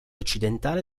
occidentale